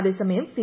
അതേസമയം സി